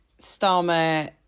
Starmer